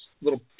little